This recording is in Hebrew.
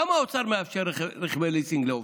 למה האוצר מאפשר רכבי ליסינג לעובדים?